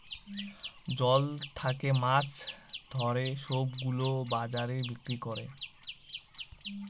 জল থাকে মাছ ধরে সব গুলো বাজারে বিক্রি করে